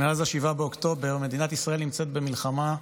מאז 7 באוקטובר מדינת ישראל נמצאת במלחמה,